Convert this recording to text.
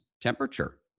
temperature